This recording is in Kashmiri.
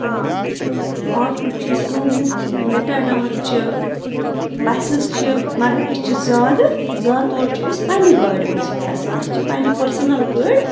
تہٕ آٹوٗ چھِ سومو چھِ میٹَڈار چھِ بَسٕز چھِ مگر أسۍ چھِ زیادٕ زیادٕ تور چھِ أسۍ پنٛنہِ گاڑِ منٛزٕے کھَسان اَسہِ چھِ پنٛنہِ پٔرسٕنَل گٲڑۍ